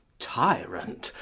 tyrant,